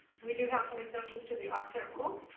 we do have some extensions to the octet rule.